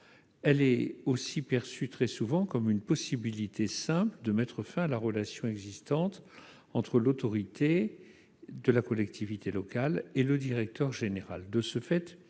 Elle est aussi très souvent perçue comme une simple possibilité de mettre fin à la relation existante entre l'autorité de la collectivité locale et le directeur général.